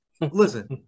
Listen